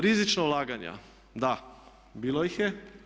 Rizična ulaganja, da bilo ih je.